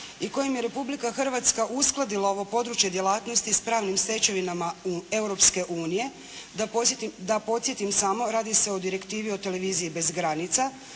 i kojim je Republika Hrvatska uskladila ovo područje djelatnosti s pravnim stečevinama Europske unije. Da podsjetim samo, radi se o direktivi o “televiziji bez granica“,